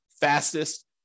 fastest